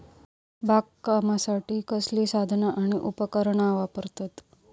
बागकामासाठी कसली साधना आणि उपकरणा वापरतत?